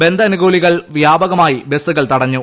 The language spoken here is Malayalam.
ബന്ദനുകൂലികൾ വ്യാപകമായി ബസ്സുകൾ തടഞ്ഞു